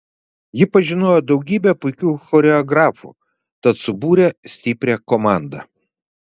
ji pažinojo daugybę puikių choreografų tad subūrė stiprią komandą